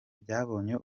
byabonye